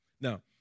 Now